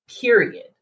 Period